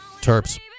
Terps